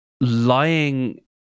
lying